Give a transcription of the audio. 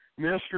Mr